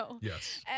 Yes